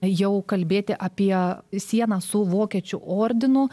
jau kalbėti apie sieną su vokiečių ordinu